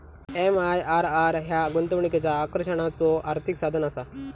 MIRR ह्या गुंतवणुकीच्या आकर्षणाचा आर्थिक साधनआसा